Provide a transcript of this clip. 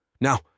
Now